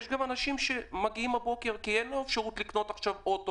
לצידה יש גם אנשים שאין להם אפשרות לקנות עכשיו אוטו